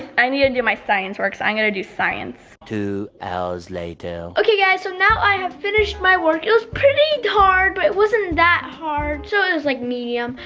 i need to do my science work so i'm going to do science. two hours later okay guys, so now i have finished my work. it was pretty hard but it wasn't that hard, so it was like medium.